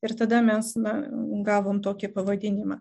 ir tada mes na gavom tokį pavadinimą